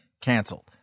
canceled